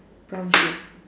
prom shoes